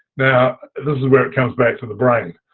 now, this is where it comes back to the brain.